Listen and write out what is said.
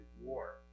war